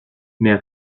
mais